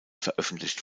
veröffentlicht